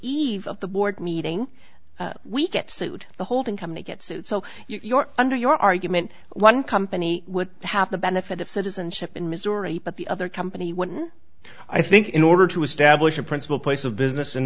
eve of the board meeting we get sued the holding company get sued so your under your argument one company would have the benefit of citizenship in missouri but the other company when i think in order to establish a principal place of business in